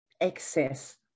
excess